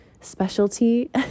specialty